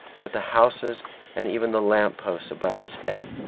with the houses and even the lamp-posts above his head.